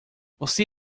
você